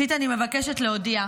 ראשית, אני מבקשת להודיע,